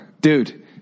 dude